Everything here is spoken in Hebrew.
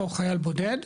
או חייל בודד,